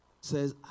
says